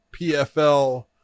PFL